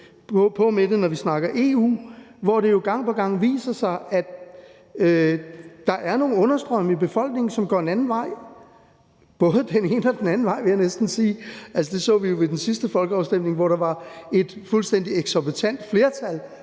på med det, når vi snakker EU, hvor det jo gang på gang viser sig, at der er nogle understrømme i befolkningen, som går en anden vej – både den ene og den anden vej, vil jeg næsten sige. Det så vi ved den sidste folkeafstemning, hvor der var et fuldstændig eksorbitant flertal